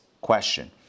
question